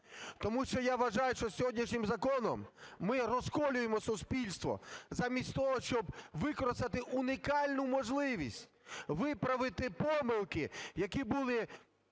тому що я вважаю, що сьогоднішнім законом ми розколюємо суспільство замість того, щоб використати унікальну можливість виправити помилки, які були